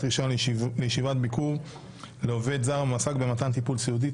רישיון לישיבת ביקור לעובד זר המועסק במתן טיפול סיעודי),